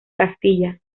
castilla